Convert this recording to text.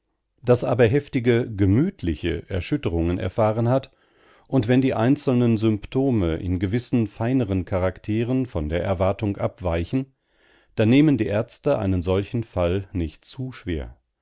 das aber heftige gemütliche erschütterungen erfahren hat und wenn die einzelnen symptome in gewissen feineren charakteren von der erwartung abweichen dann nehmen die ärzte einen solchen fall nicht zu schwer